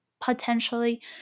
potentially